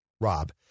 Rob